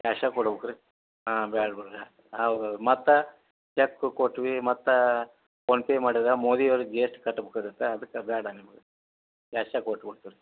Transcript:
cash ಕೊಡ್ಬೇಕು ರೀ ಹೌದೌದು ಮತ್ತು ಚೆಕ್ಕು ಕೊಟ್ವಿ ಮತ್ತು ಫೋನ್ ಪೇ ಮಾಡಿದೆ ಮೋದಿಯವ್ರಿಗೆ ಜಿ ಎಸ್ ಟಿ ಕಟ್ಬೇಕು ಆಗುತ್ತೆ ಅದಕ್ಕೆ ಬೇಡ ನಿಮ್ಗೆ ಕ್ಯಾಶ ಕೊಟ್ಬಿಡ್ತೀವಿ ರೀ